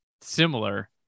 similar